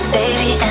baby